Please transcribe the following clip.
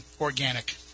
organic